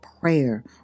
prayer